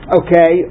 okay